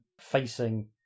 facing